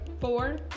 Four